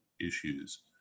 issues